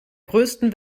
größten